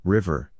River